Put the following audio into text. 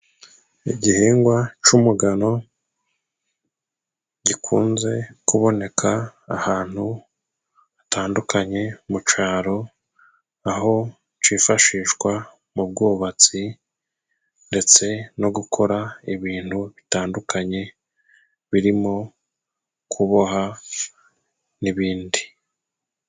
Igihingwa cy'umugano, gikunze kuboneka ahantu hatandukanye mu cyaro, aho cyifashishwa mu bwubatsi ndetse no gukora ibintu bitandukanye, birimo kuboha n'ibindi.